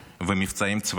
ומבצעים צבאיים,